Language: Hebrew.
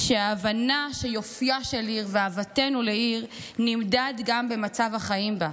שההבנה שיופייה של העיר ואהבתנו לעיר נמדדים גם במצב החיים בה,